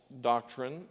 doctrine